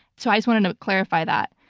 so i just wanted to clarify that.